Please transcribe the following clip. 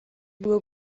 dua